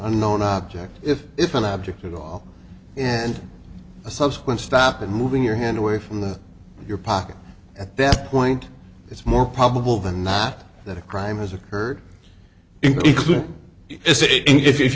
unknown object if if an object at all and a subsequent stop and moving your hand away from the your pocket at that point it's more probable than not that a crime has occurred i